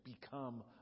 become